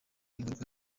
ingaruka